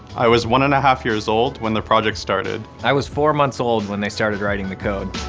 i was one and a half years old when the project started. i was four months old when they started writing the code.